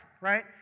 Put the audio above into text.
right